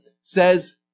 says